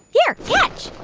here, catch